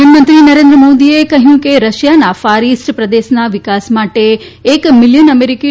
પ્રધાનમંત્રી નરેન્દ્ર મોદીએ કહ્યું કે રશિયાના ફાર ઈસ્ટ પ્રદેશના વિકાસ માટે એક મીલિયન અમેરિકી